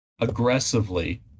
aggressively